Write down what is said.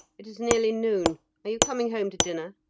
it is nearly noon are you coming home to dinner?